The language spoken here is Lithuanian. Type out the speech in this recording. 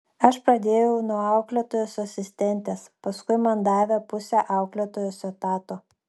aš pradėjau nuo auklėtojos asistentės paskui man davė pusę auklėtojos etato